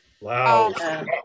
Wow